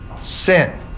sin